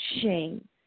Shame